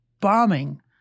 bombing